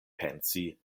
pensi